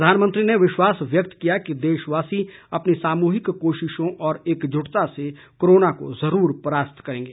प्रधानमंत्री ने विश्वास व्यक्त किया कि देशवासी अपनी सामूहिक कोशिशों और एकजुटता से कोरोना को जरूर परास्त करेंगे